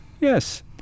Yes